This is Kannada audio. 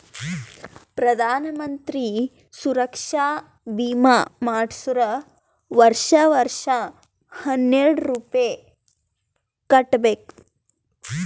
ಪ್ರಧಾನ್ ಮಂತ್ರಿ ಸುರಕ್ಷಾ ಭೀಮಾ ಮಾಡ್ಸುರ್ ವರ್ಷಾ ವರ್ಷಾ ಹನ್ನೆರೆಡ್ ರೂಪೆ ಕಟ್ಬಬೇಕ್